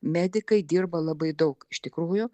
medikai dirba labai daug iš tikrųjų